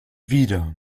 wieder